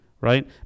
right